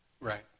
right